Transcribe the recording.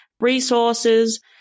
resources